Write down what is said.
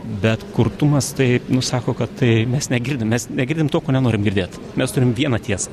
bet kurtumas tai nusako kad tai mes negirdim mes negirdim to ko nenorim girdėt mes turim vieną tiesą